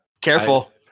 careful